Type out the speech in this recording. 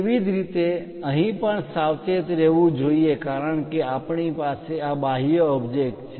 તેવી જ રીતે અહીં પણ સાવચેત રહેવું જોઈએ કારણ કે આપણી પાસે આ બાહ્ય ઓબ્જેક્ટ છે